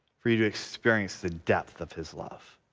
for you to experience the depth of his love.